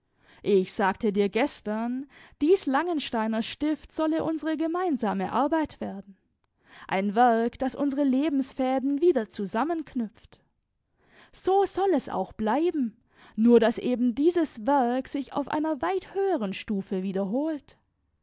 ich sagte dir gestern dies langensteiner stift solle unsere gemeinsame arbeit werden ein werk das unsere lebensfäden wieder zusammenknüpft so soll es auch bleiben nur daß eben dieses werk sich auf einer weit höheren stufe wiederholt